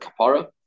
Kapara